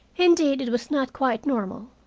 indeed, it was not quite normal,